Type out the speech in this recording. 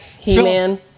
He-Man